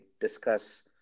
discuss